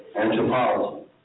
anthropology